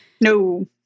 no